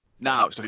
Now